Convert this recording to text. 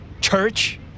Church